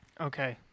Okay